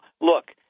look